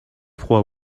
froid